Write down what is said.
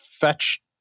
fetch